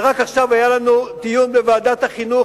ורק עכשיו היה לנו דיון בוועדת החינוך